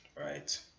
Right